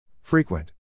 Frequent